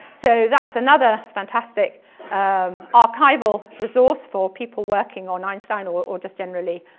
so that's another fantastic um archival resource for people working on einstein or or just generally